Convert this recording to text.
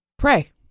pray